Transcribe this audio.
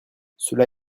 cela